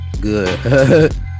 good